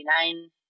1999